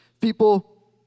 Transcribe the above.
People